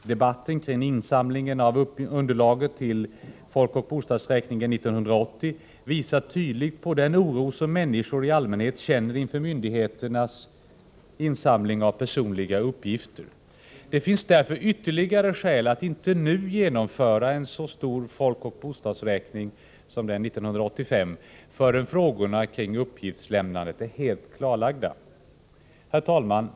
Debatten kring insamlingen av underlaget till folkoch bostadsräkningen 1980 visar tydligt på den oro som människor i allmänhet känner för myndigheternas insamling av personliga uppgifter. Det finns därför ytterligare skäl att inte nu genomföra en så stor folkoch bostadsräkning som den 1985, förän frågorna kring uppgiftslämnandet är helt klarlagda. Herr talman!